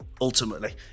ultimately